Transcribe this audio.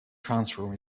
transform